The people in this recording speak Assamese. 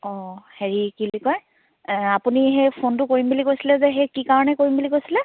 অ হেৰি কি বুলি কয় এ আপুনি সেই ফোনটো কৰিম বুলি কৈছিলে যে সেই কি কাৰণে কৰিম বুলি কৈছিলে